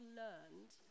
learned